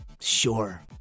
sure